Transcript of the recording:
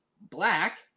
Black